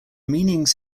meanings